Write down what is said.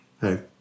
Hey